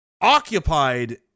occupied